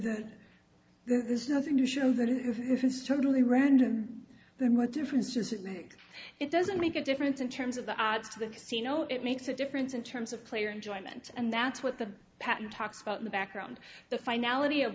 host then there's nothing to show that if it's totally random then what difference does it make it doesn't make a difference in terms of the odds to the casino it makes a difference in terms of player enjoyment and that's what the patent talks about in the background the finality of